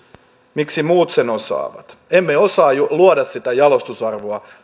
miksi muut sen osaavat emme osaa luoda sitä jalostusarvoa